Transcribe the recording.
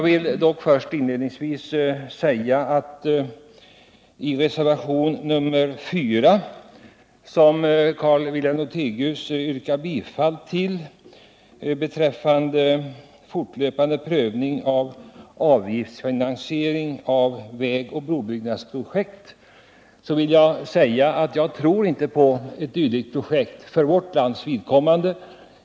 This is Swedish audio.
När det gäller reservationen 4 beträffande fortlöpande prövning av avgiftsfinansiering av vägoch brobyggnadsprojekt, som Carl-Wilhelm Lothigius yrkade bifall till, vill jag inledningsvis också säga att jag inte tror på ett sådant system för vårt lands vidkommande.